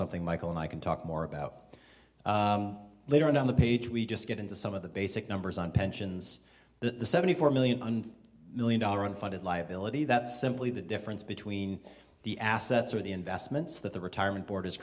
something michael and i can talk more about later on down the page we just get into some of the basic numbers on pensions the seventy four million million dollar unfunded liability that's simply the difference between the assets or the investments that the retirement board is